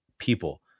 people